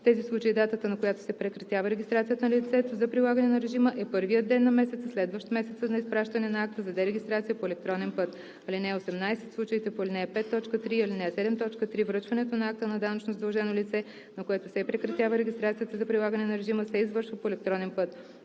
тези случаи датата, на която се прекратява регистрацията на лицето за прилагане на режима, е първият ден на месеца, следващ месеца на изпращане на акта за дерегистрация по електронен път. (18) В случаите по ал. 5, т. 3 и ал. 7, т. 3 връчването на акта на данъчно задължено лице, на което се прекратява регистрацията за прилагане на режима, се извършва по електронен път.